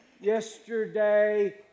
Yesterday